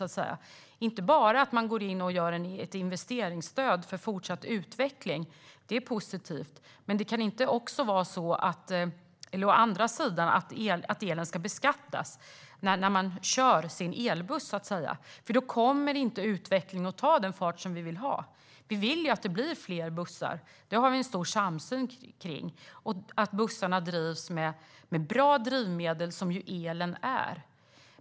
Det är positivt att man går in med ett investeringsstöd för fortsatt utveckling, men det kan inte å andra sidan vara så att elen ska beskattas när man kör sin elbuss. Då kommer nämligen inte utvecklingen att ta den fart vi vill ha. Vi vill ju att det blir fler bussar - det har vi en stor samsyn kring - och att bussarna drivs med bra drivmedel, vilket el är.